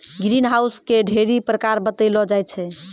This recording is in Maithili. ग्रीन हाउस के ढ़ेरी प्रकार बतैलो जाय छै